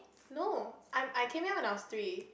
no I'm I came here when I was three